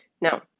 Now